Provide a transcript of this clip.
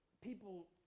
People